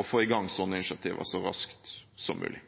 å få i gang slike initiativer så raskt som mulig.